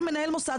כמנהל מוסד,